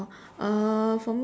oh uh